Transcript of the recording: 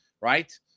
right